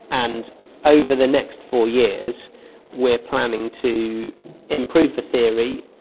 and over the next four years we're planning to improve the theory,